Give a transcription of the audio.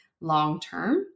long-term